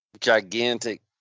gigantic